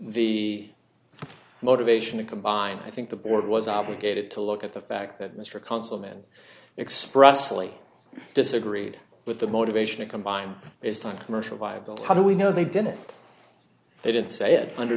the motivation of combined i think the board was obligated to look at the fact that mr councilmen expressly disagreed with the motivation to combine this time commercial viability how do we know they didn't they didn't say it under